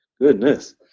Goodness